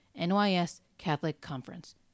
NYSCatholicConference